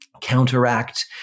counteract